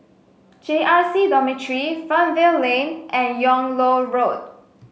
J R C Dormitory Fernvale Lane and Yung Loh Road